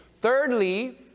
Thirdly